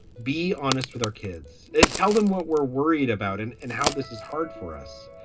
be honest with our kids. tell them what we're worried about and and how this is hard for us,